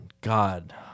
God